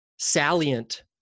salient